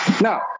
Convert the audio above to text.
Now